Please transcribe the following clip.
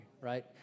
right